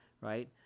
Right